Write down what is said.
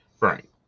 Right